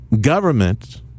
government